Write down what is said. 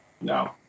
No